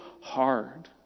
hard